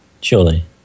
surely